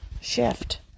shift